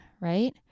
right